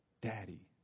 Daddy